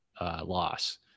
loss